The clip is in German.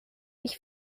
ich